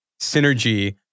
synergy